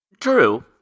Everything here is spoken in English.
True